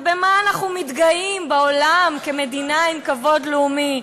ובמה אנחנו מתגאים בעולם, כמדינה עם כבוד לאומי?